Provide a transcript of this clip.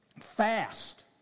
Fast